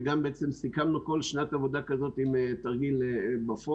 וגם סיכמנו כל שנת עבודה כזאת עם תרגיל בפועל.